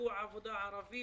כוח העבודה הערבי,